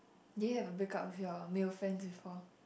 do you have a break up with your male friends before